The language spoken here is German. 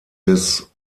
des